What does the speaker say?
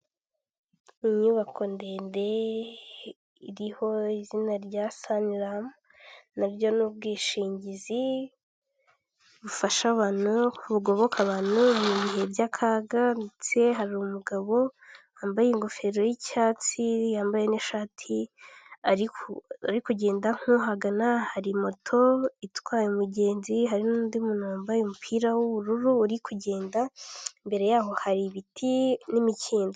Inyubako ndende iriho izina rya sanilamu nabyo ni ubwishingizi bufasha abantu, bugoboka abantu mu bihe by'akaga ndetse hari umugabo wambaye ingofero y'icyatsi, yambaye n'ishati ari kugenda nkuhagana, hari moto itwaye umugenzi hari n'undi muntu wambaye umupira w'ubururu uri kugenda imbere y'aho hari ibiti n'imikindo.